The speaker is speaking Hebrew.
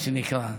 מה שנקרא.